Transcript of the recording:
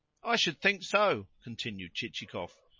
i should think so! continued chichikov.